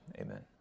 amen